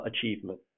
achievement